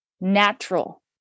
natural